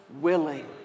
willing